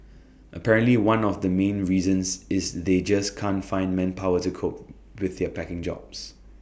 apparently one of the main reasons is they just can't find manpower to cope with their packing jobs